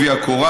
כרגע,